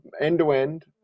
end-to-end